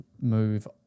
move